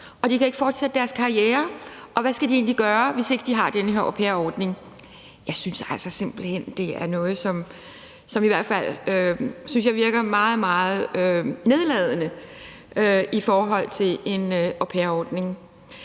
de kan ikke fortsætte deres karriere, og hvad skal de egentlig gøre, hvis de ikke har den her ordning? Jeg synes simpelt hen, at det er noget, som i hvert fald virker meget, meget nedladende i forhold til en au pair-ordning.